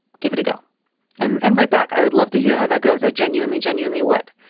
give it a go and and write back. i would love to hear how that goes. i genuinely, genuinely what?